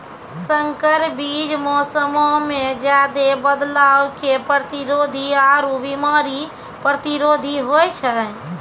संकर बीज मौसमो मे ज्यादे बदलाव के प्रतिरोधी आरु बिमारी प्रतिरोधी होय छै